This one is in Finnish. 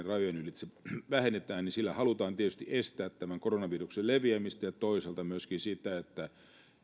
rajojen ylitse vähentäminen millä halutaan tietysti estää koronaviruksen leviämistä ja toisaalta myöskin sitä että